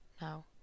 now